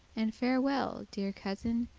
and farewell, deare cousin,